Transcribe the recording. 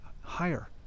higher